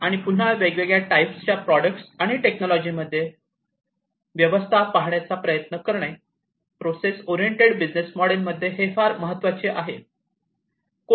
आणि पुन्हा वेगवेगळ्या टाईप्सच्या प्रॉडक्ट्स् आणि टेक्नॉलॉजी मध्ये व्यवस्था पाहण्याचा प्रयत्न करणे प्रोसेस ओरिएंटेड बिझनेस मॉडेलमध्ये हे फार महत्त्वाचे आहे